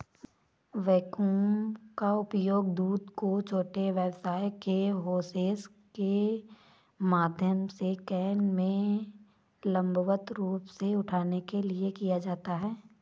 vacuum का उपयोग दूध को छोटे व्यास के होसेस के माध्यम से कैन में लंबवत रूप से उठाने के लिए किया जाता है